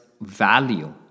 value